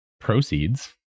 proceeds